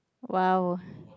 !wow!